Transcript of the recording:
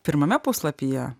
pirmame puslapyje